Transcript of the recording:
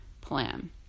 plan